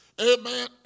amen